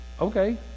Okay